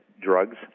drugs